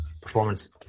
performance